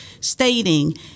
stating